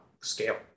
scale